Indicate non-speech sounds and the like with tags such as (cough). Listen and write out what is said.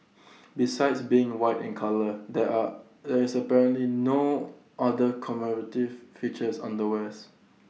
(noise) besides being white in colour there are there is apparently no other commemorative features on the wares